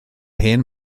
hen